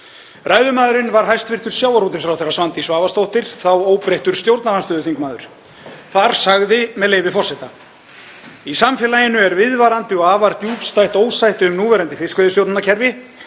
Ræðumaðurinn var hæstv. sjávarútvegsráðherra Svandís Svavarsdóttir, þá óbreyttur stjórnarandstöðuþingmaður. Þar sagði, með leyfi forseta: „Í samfélaginu er viðvarandi og afar djúpstætt ósætti um núverandi fiskveiðistjórnarkerfi.